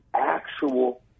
actual